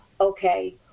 okay